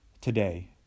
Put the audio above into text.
today